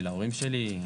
ואל ההורים שלי,